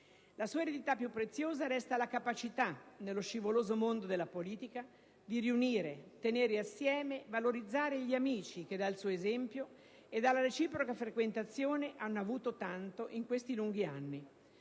La sua eredità più preziosa resta la capacità, nello scivoloso mondo della politica, di riunire, tenere assieme e valorizzare gli amici che dal suo esempio e dalla reciproca frequentazione hanno avuto tanto in questi lunghi anni.